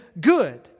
good